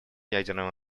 ядерного